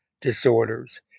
disorders